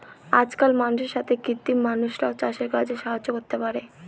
আজকাল মানুষের সাথে কৃত্রিম মানুষরাও চাষের কাজে সাহায্য করতে পারে